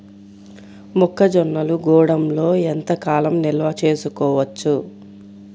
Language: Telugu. మొక్క జొన్నలు గూడంలో ఎంత కాలం నిల్వ చేసుకోవచ్చు?